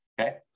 Okay